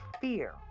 fear